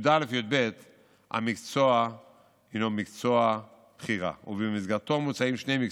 י"ב המקצוע הוא מקצוע בחירה ובמסגרתו מוצעים שני מקצועות: